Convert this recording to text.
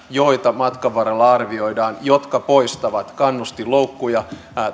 joita matkan varrella arvioidaan jotka poistavat kannustinloukkuja